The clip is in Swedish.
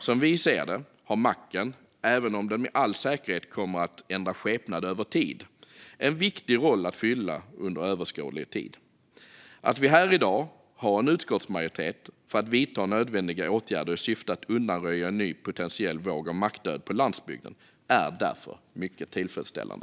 Som vi ser det har macken, även om den med all säkerhet kommer att ändra skepnad över tid, en viktig roll att fylla under överskådlig tid. Att vi här i dag har en utskottsmajoritet för att vidta nödvändiga åtgärder i syfte att undanröja en ny potentiell våg av mackdöd på landsbygden är därför mycket tillfredsställande.